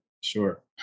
sure